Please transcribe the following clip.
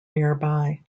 nearby